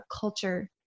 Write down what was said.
culture